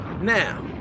Now